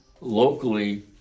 Locally